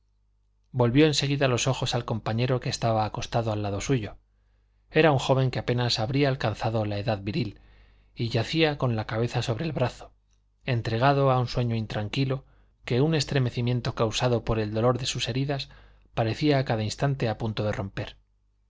volvió en seguida los ojos al compañero que estaba acostado al lado suyo era un joven que apenas habría alcanzado la edad viril y yacía con la cabeza sobre el brazo entregado a un sueño intranquilo que un estremecimiento causado por el dolor de sus heridas parecía a cada instante a punto de romper